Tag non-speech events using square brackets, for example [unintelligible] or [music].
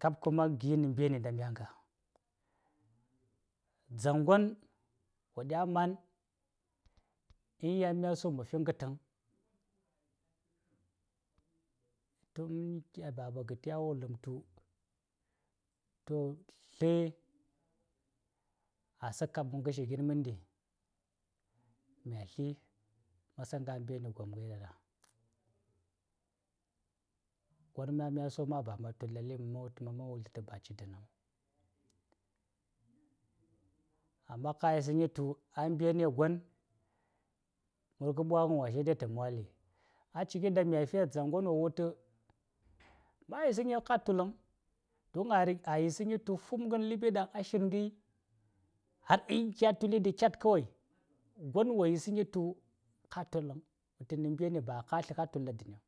﻿ Kab kuma gina mɓerni nda mya ŋga. Dzaŋgwon wo ɗya ma̱n tu myan ba mya su: ma fi ŋghtaŋ, [unintelligible] sai Baba gatti a wulam tu, tu [hesitation] a sla kabam ngarshi gwon won manɗi, mya sla, ma̱ slaŋ nga mberni gonŋaŋ ɗa-ɗa. Gwon ma, mya su ma̱ ba ma tul ɗa laɓɓes vaŋ, ma̱ wul tu-ma̱ wul ta tu ba ci ɗa dannesaŋ. Amma ka yisanay tu a ɓerni gwon, murgh ɓwa:ghan wa sai dai ta mwali, a ciyi ɗan mya fiyes dzangwon wo wultu, "ma̱ yisaŋay ka tullaŋ" domin a-a yisaŋ tu fu̱mgan laɓɓi ɗaŋ a shinghi, har inkya tuliɗi kyat kawai, domin wo yisanay tu ka tullaŋ, dani gi, ba ka tul ɗa danivaŋ.